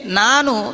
nanu